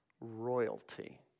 royalty